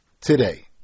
today